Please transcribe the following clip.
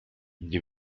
die